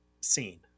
scene